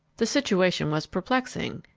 the situation was perplexing,